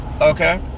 okay